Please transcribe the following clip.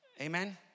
Amen